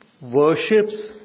worships